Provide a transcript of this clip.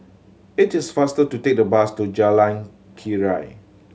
it is faster to take the bus to Jalan Keria